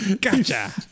Gotcha